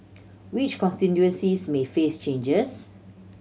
which constituencies may face changes